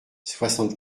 soixante